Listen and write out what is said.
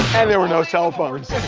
and there were no cell phones.